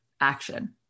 action